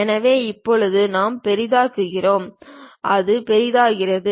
எனவே இப்போது நாம் பெரிதாக்குகிறோம் அது பெரிதாக்குகிறது